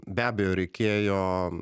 be abejo reikėjo